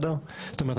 זאת אומרת,